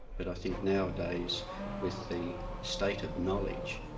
but i think nowadays with the state of knowledge,